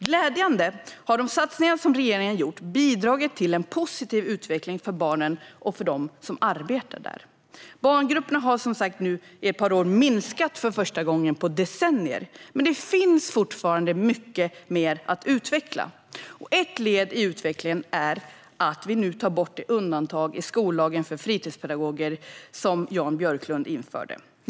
Glädjande nog har de satsningar som regeringen gjort bidragit till en positiv utveckling för barnen och för dem som arbetar där. Barngrupperna har nu, som sagt, under ett par år minskat för första gången på decennier. Men det finns fortfarande mycket att utveckla. Ett led i utvecklingen är att vi nu tar bort det undantag i skollagen för fritidspedagoger som Jan Björklund införde.